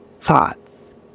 thoughts